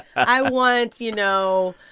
i want, you know,